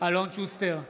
אלון שוסטר,